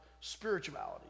spirituality